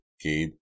Gabe